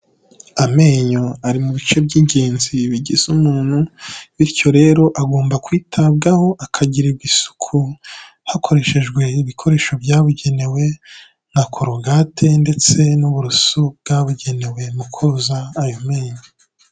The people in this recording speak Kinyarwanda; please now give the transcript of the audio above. Amenyo ari mu bice by'ingenzi bigize umuntu, bityo rero agomba kwitabwaho akagirirwa isuku hakoreshejwe ibikoresho byabugenewe nka korogate ndetse n'uburoso bwabugenewe mu koza ayo menyo.